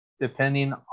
depending